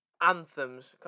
anthems